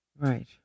Right